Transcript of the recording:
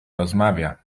rozmawia